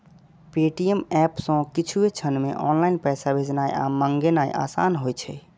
Paytm app सं किछुए क्षण मे ऑनलाइन पैसा भेजनाय आ मंगेनाय आसान होइ छै